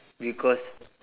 because